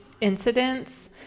incidents